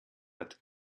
hat